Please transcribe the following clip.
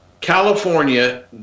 California